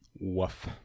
Woof